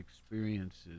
experiences